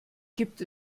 gibt